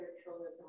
spiritualism